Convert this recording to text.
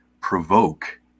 provoke